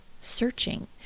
Searching